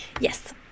Yes